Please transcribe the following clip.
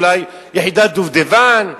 אולי יחידת "דובדבן",